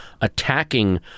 attacking